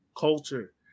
Culture